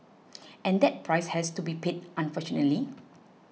and that price has to be paid unfortunately